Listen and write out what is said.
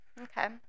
okay